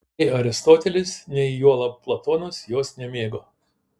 nei aristotelis nei juolab platonas jos nemėgo